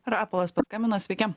rapolas paskambino sveiki